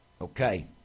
okay